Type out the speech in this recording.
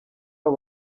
abo